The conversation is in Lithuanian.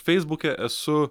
feisbuke esu